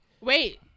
Wait